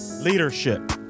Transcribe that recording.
Leadership